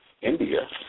India